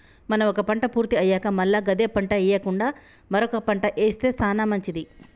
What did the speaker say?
మనం ఒక పంట పూర్తి అయ్యాక మల్ల గదే పంట ఎయ్యకుండా మరొక పంట ఏస్తె సానా మంచిది